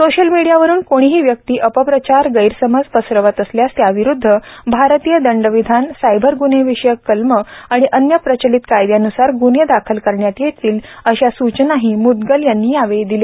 social मीडियावरुन कोणीही व्यक्ती अप प्रचार गैरसमज पसरवत असल्यास त्याविरुद्ध भारतीय दंडविधान सायबर ग्न्हेविषयक कलमे आणि अन्य प्रचलित कायद्यान्सार ग्न्हे दाखल करण्यात येतील अशा सूचनाही म्दगल यांनी यावेळी दिल्या